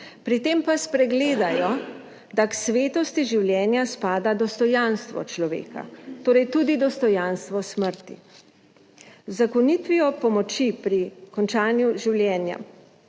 pri tem pa spregledajo, da k svetosti življenja spada dostojanstvo človeka, torej tudi dostojanstvo smrti. Z uzakonitvijo pomoči pri končanju življenja